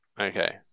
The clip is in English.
Okay